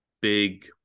big